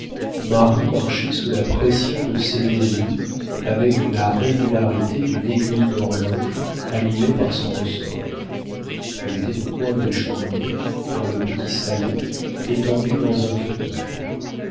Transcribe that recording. marie marchait sous la pression de ses désirs avec la régularité d'une aiguille d'horloge animée par son ressort elle était au coin de la cheminée dans le petit salon étendue dans un fauteuil